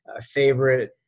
favorite